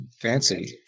Fancy